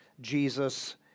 Jesus